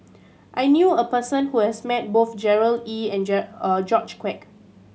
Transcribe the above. I knew a person who has met both Gerard Ee and George Quek